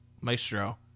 Maestro